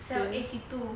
eighty two